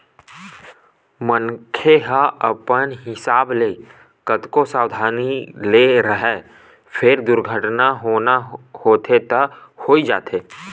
मनखे ह अपन हिसाब ले कतको सवधानी ले राहय फेर दुरघटना होना होथे त होइ जाथे